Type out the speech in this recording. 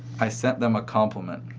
i sent them a compliment.